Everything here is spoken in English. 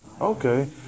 Okay